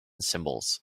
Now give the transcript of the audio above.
symbols